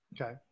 Okay